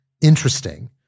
interesting